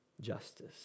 justice